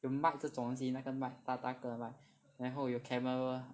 有 mic 这种东西那个 mic 大大个然后有 camera